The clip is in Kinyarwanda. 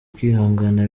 kwihangana